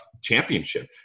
championship